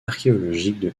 archéologique